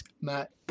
Matt